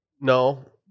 No